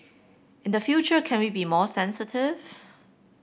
in the future can we be more sensitive